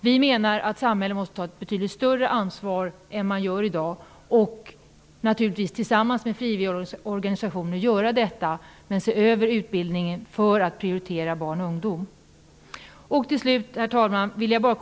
Vi anser att samhället måste ta ett betydligt större ansvar än i dag, naturligtvis tillsammans med de frivilliga organisationerna, och se över utbildningen för att prioritera barn och ungdom.